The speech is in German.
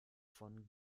von